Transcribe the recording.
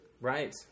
right